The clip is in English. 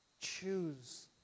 choose